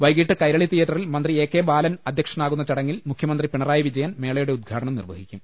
വൈകീട്ട് കൈരളി തിയ്യറ്ററിൽ മന്ത്രി എ കെ ബാലൻ അധ്യക്ഷനാകുന്ന ചടങ്ങിൽ മുഖ്യമന്ത്രി പിണറായി വിജയൻ മേള യുടെ ഉദ്ഘാടനം നിർവഹിക്കും